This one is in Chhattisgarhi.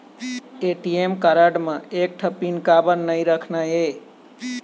ए.टी.एम कारड म एक ठन पिन काबर नई रखना हे?